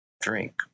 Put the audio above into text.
drink